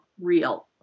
real